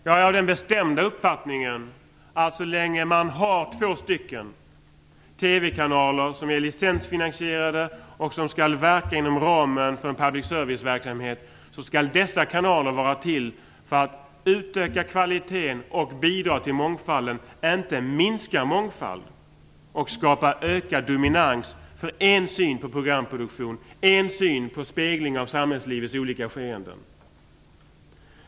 Jag har den bestämda uppfattningen att så länge man har två TV-kanaler som är licensfinansierade och som skall verka inom ramen för en public serviceverksamhet, skall dessa kanaler vara till för att utöka kvaliteten och bidra till mångfalden. De skall inte minska mångfalden och skapa ökad dominans för en syn på programproduktion och en syn på spegling av samhällslivets olika skeenden.